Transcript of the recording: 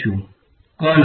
વિદ્યાર્થી કર્લ